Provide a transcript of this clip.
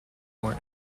more